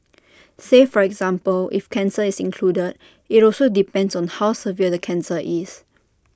say for example if cancer is included IT also depends on how severe the cancer is